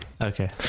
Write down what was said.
okay